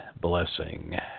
blessing